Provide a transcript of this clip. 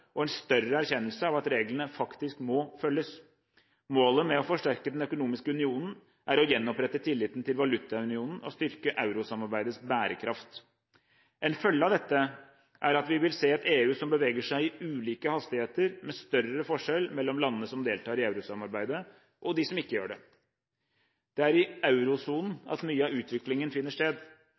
og en større erkjennelse av at reglene faktisk må følges. Målet med å forsterke den økonomiske unionen er å gjenopprette tilliten til valutaunionen og styrke eurosamarbeidets bærekraft. En følge av dette er at vi vil se et EU som beveger seg i ulike hastigheter, med større forskjell mellom landene som deltar i eurosamarbeidet og de som ikke gjør det. Det er i eurosonen mye av utviklingen finner sted.